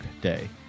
Day